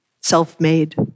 self-made